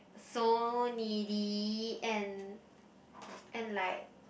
so needy and and like